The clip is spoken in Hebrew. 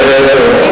יידיש?